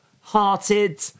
Hearted